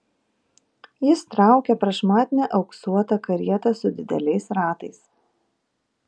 jis traukė prašmatnią auksuotą karietą su dideliais ratais